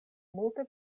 multe